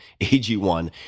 AG1